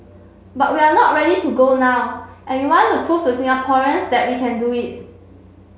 but we are not ready to go now and we want to prove to Singaporeans that we can do it